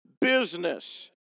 business